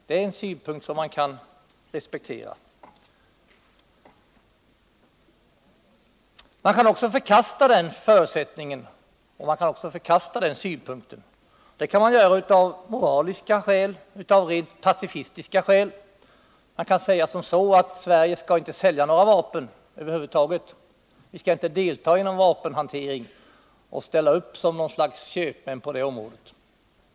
Det är en synpunkt som man kan respektera. Man kan också förkasta den förutsättningen, och man kan också förkasta den synpunkten. Det kan man göra av moraliska skäl, av rent pacifistiska skäl. Man kan säga att vi i Sverige inte skall sälja några vapen över huvud taget, att vi inte skall delta i någon vapenhantering eller ställa upp som ett slags köpmän på det området.